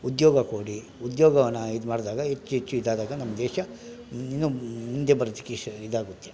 ಉದ್ಯೋಗ ಕೊಡಿ ಉದ್ಯೋಗವನ್ನು ಇದು ಮಾಡಿದಾಗ ಹೆಚ್ಚು ಹೆಚ್ಚು ಇದಾದಾಗ ನಮ್ಮ ದೇಶ ಇನ್ನು ಮುಂದೆ ಬರೋದಕ್ಕೆ ಇಶ್ ಇದಾಗುತ್ತೆ